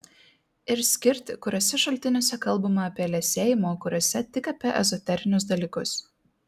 ir skirti kuriuose šaltiniuose kalbama apie liesėjimą o kuriuose tik apie ezoterinius dalykus